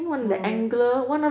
mm